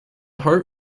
heart